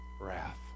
wrath